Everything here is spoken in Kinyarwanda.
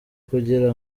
kugira